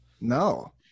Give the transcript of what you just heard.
No